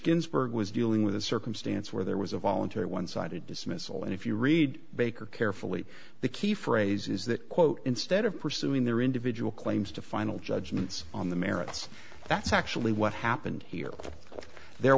ginsburg was dealing with a circumstance where there was a voluntary one sided dismissal and if you read baker carefully the key phrase is that quote instead of pursuing their individual claims to final judgments on the merits that's actually what happened here there